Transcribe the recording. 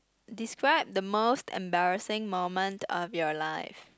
describe the most embarrassing moment of your life